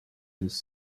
his